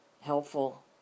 helpful